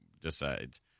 decides